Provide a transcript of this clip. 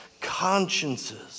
consciences